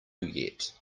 yet